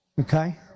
okay